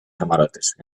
camarotes